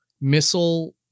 missile